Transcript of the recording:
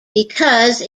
because